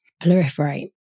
proliferate